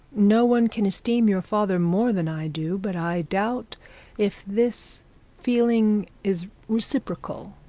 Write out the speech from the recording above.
no one can esteem your father more than i do, but i doubt if this feeling is reciprocal